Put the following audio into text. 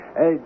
Hey